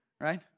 Right